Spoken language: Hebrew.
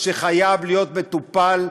וזה חייב להיות מטופל,